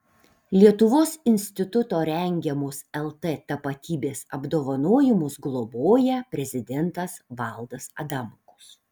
lietuvos instituto rengiamus lt tapatybės apdovanojimus globoja prezidentas valdas adamkus